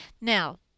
Now